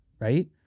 right